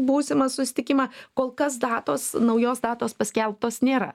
būsimą susitikimą kol kas datos naujos datos paskelbtos nėra